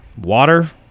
water